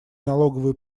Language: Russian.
налоговые